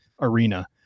arena